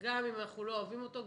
גם אם אנחנו לא אוהבים אותו.